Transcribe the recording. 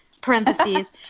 parentheses